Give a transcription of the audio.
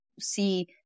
see